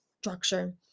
structure